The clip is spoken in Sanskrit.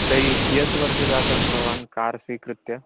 तर्हि कियत् वर्षजातं भवान् कार् स्वीकृत्य